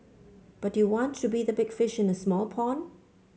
but you want to be the big fish in a small pond